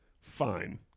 Fine